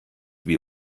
wie